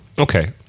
Okay